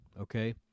okay